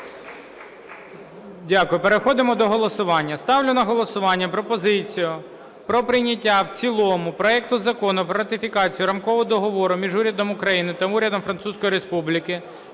Дякую. Переходимо до голосування. Ставлю на голосування пропозицію про прийняття в цілому проекту Закону про ратифікацію Рамкового договору між Урядом України та Урядом Французької Республіки